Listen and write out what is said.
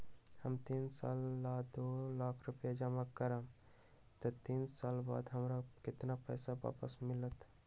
हम तीन साल ला दो लाख रूपैया जमा करम त तीन साल बाद हमरा केतना पैसा वापस मिलत?